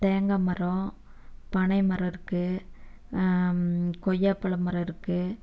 தேங்காய் மரம் பனை மரம் இருக்குது கொய்யாப்பழ மரம் இருக்குது